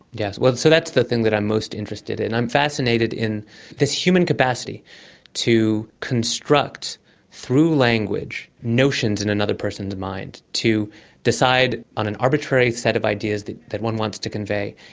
yes, so that's the thing that i'm most interested in. i'm fascinated in this human capacity to construct through language notions in another person's mind to decide on an arbitrary set of ideas that that one wants to convey,